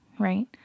right